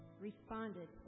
responded